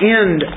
end